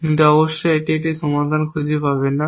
কিন্তু অবশ্যই এটি একটি সমাধান খুঁজে পাবে না